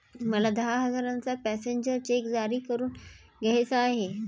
मला दहा हजारांचा पॅसेंजर चेक जारी करून घ्यायचा आहे